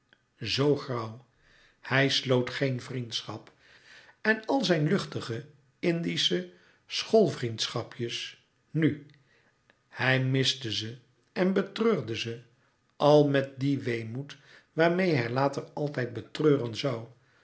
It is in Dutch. zoo grauw hij sloot geen vriendschap en al zijne luchtige indische schoolvriendschapjes nu hij miste ze en betreurde ze al met dien weemoed waarmeê hij later altijd betreuren zoû